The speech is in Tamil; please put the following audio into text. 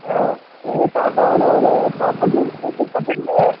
ஆ எங்கள் தாத்தாவோட ஒரு ப்ராபர்ட்டி இருக்குது திருப்பத்தூரில்